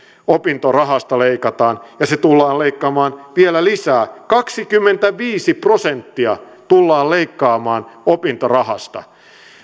opintorahasta leikataan ja sitä tullaan leikkaamaan vielä lisää kaksikymmentäviisi prosenttia tullaan leikkaamaan opintorahasta